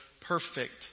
perfect